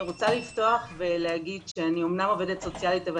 אני רוצה לפתוח ולומר שאני אמנם עובדת סוציאלית אבל